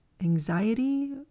Anxiety